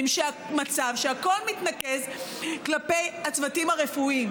מצב שהכול מתנקז כלפי הצוותים הרפואיים.